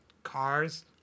cars